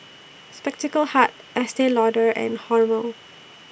Spectacle Hut Estee Lauder and Hormel